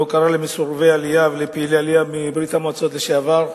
הוקרה למסורבי העלייה ולפעילי העלייה מברית-המועצות לשעבר,